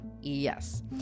Yes